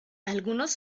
algunos